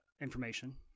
information